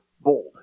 bold